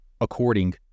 According